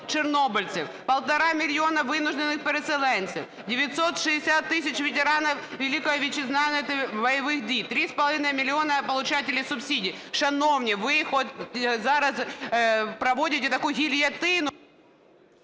чорнобильців, 1,5 мільйони вынужденных переселенців, 960 тисяч ветеранів Великої Вітчизняної та бойових дій, 3,5 мільйони получателей субсидій. Шановні, ви от зараз проводите таку гильотину...